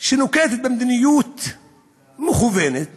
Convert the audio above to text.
שנוקטת מדיניות מכוונת